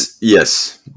Yes